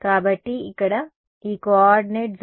కాబట్టి ఇక్కడ ఈ కోఆర్డినేట్ z0